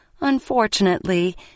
Unfortunately